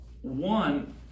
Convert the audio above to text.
One